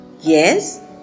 yes